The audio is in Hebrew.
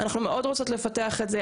אנחנו מאוד רוצות לפתח את זה,